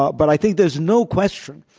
but but i think there's no question,